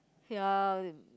ya